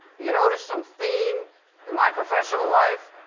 you notice some theme in my professional life?